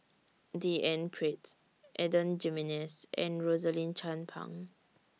D N Pritt Adan Jimenez and Rosaline Chan Pang